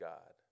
God